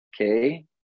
okay